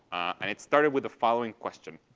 and it started with the following question.